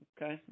Okay